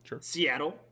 Seattle